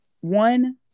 one